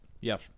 Yes